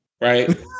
right